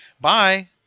bye